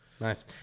nice